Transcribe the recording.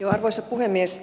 arvoisa puhemies